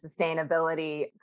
sustainability